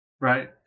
Right